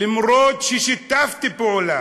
למרות ששיתפתי פעולה,